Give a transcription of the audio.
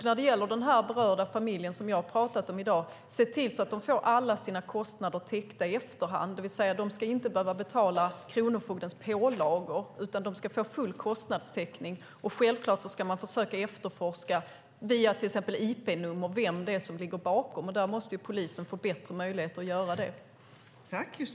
När det gäller den berörda familj som jag har talat om i dag borde man se till att de får alla sina kostnader täckta i efterhand. De ska alltså inte behöva betala kronofogdens pålagor utan få full kostnadstäckning. Självfallet ska man försöka efterforska via till exempel IP-nummer vem det är som ligger bakom. Polisen måste få bättre möjligheter att göra det.